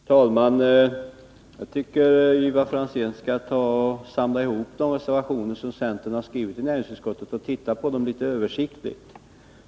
Fru talman! Jag tycker att Ivar Franzén skulle samla ihop de reservationer som centern har skrivit i utskottet och titta på dem litet översiktligt.